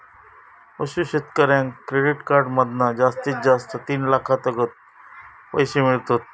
पशू शेतकऱ्याक credit card मधना जास्तीत जास्त तीन लाखातागत पैशे मिळतत